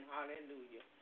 Hallelujah